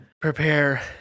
prepare